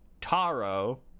Taro